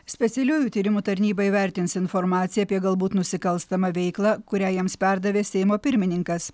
specialiųjų tyrimų tarnyba įvertins informaciją apie galbūt nusikalstamą veiklą kurią jiems perdavė seimo pirmininkas